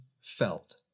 felt